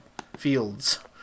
fields